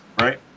Right